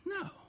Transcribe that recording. No